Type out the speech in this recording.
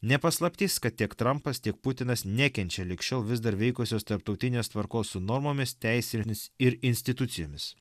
ne paslaptis kad tiek trampas tiek putinas nekenčia lig šiol vis dar veikusios tarptautinės tvarkos su normomis teisėmis ir institucijomis